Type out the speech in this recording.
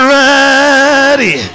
ready